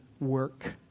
work